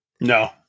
No